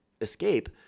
escape